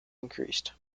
increased